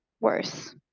worse